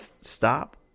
stop